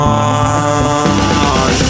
on